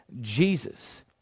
Jesus